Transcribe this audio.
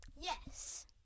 Yes